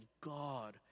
God